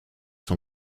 son